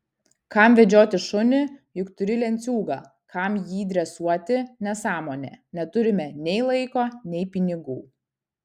kam vedžioti šunį juk turi lenciūgą kam jį dresuoti nesąmonė neturime nei laiko nei pinigų